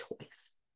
choice